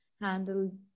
handle